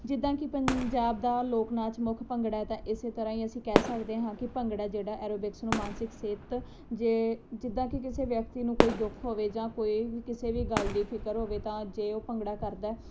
ਜਿੱਦਾਂ ਕਿ ਪੰਜਾਬ ਦਾ ਲੋਕ ਨਾਚ ਮੁੱਖ ਭੰਗੜਾ ਤਾਂ ਇਸੇ ਤਰ੍ਹਾਂ ਹੀ ਅਸੀਂ ਕਹਿ ਸਕਦੇ ਹਾਂ ਕਿ ਭੰਗੜਾ ਜਿਹੜਾ ਐਰੋਬਿਕਸ ਨੂੰ ਮਾਨਸਿਕ ਸਿਹਤ ਜੇ ਜਿੱਦਾਂ ਕੀ ਕਿਸੇ ਵਿਅਕਤੀ ਨੂੰ ਕੋਈ ਦੁੱਖ ਹੋਵੇ ਜਾਂ ਕੋਈ ਕਿਸੇ ਵੀ ਗੱਲ ਦੀ ਫਿਕਰ ਹੋਵੇ ਤਾਂ ਜੇ ਉਹ ਭੰਗੜਾ ਕਰਦਾ